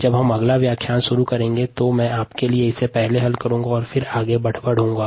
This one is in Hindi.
जब हम अगला व्याख्यान शुरू करेंगे तो मैं आपके लिए इसे पहले हल करूँगा और फिर आगे बढ़ूंगा